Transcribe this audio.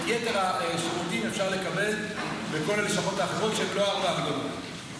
את יתר השירותים אפשר לקבל בכל הלשכות האחרות שהן לא ארבע הגדולות.